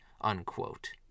unquote